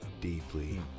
deeply